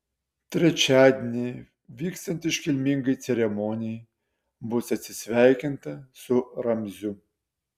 trečiadienį vykstant iškilmingai ceremonijai bus atsisveikinta su ramziu